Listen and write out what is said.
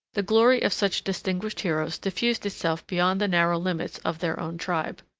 the glory of such distinguished heroes diffused itself beyond the narrow limits of their own tribe.